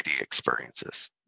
experiences